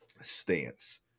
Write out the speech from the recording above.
stance